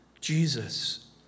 Jesus